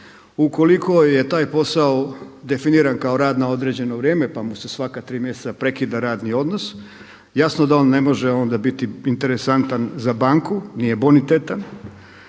ukoliko je taj posao definiran kao rad na određeno vrijeme, pa mu se svaka tri mjeseca prekida radni odnos. Jasno da on ne može onda biti interesantan za banku, nije bonitetan.